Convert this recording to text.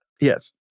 Yes